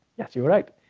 yes, you're right.